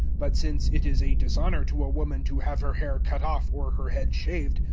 but since it is a dishonor to a woman to have her hair cut off or her head shaved,